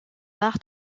barre